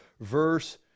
verse